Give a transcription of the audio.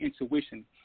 intuition